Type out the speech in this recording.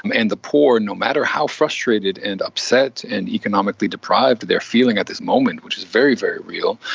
and the poor, no matter how frustrated and upset and economically deprived they are feeling at this moment, which is very, very real,